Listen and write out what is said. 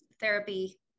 therapy